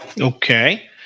Okay